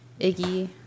Iggy